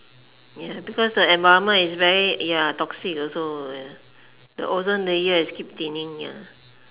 ya because the environment is very ya toxic also the ozone layer is keep thinning ya